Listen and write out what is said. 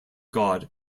god